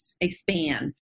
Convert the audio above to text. expand